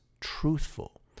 truthful